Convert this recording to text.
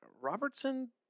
Robertson